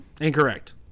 Incorrect